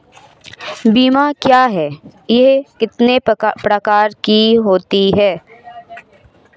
बीमा क्या है यह कितने प्रकार के होते हैं?